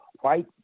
white